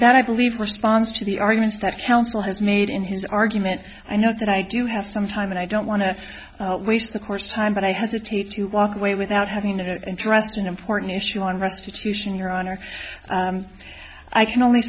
that i believe response to the arguments that counsel has made in his argument i know that i do have some time and i don't want to waste the court's time but i hesitate to walk away without having to entrust an important issue on restitution your honor i can only